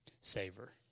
savor